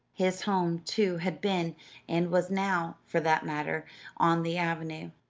his home, too, had been and was now, for that matter on the avenue.